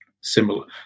similar